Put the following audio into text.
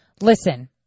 Listen